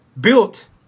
Built